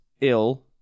ill